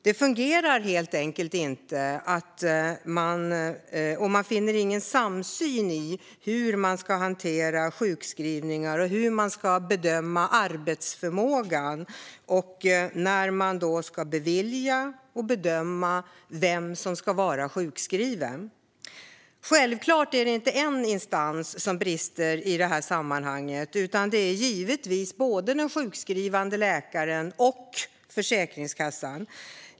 Det fungerar helt enkelt inte, och det finns ingen samsyn i hur sjukskrivningar ska hanteras och hur arbetsförmågan ska bedömas när man ska bevilja och bedöma vem som ska vara sjukskriven. Självklart är det inte en instans som brister i det här sammanhanget, utan det är givetvis både den sjukskrivande läkaren och Försäkringskassan.